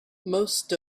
most